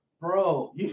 Bro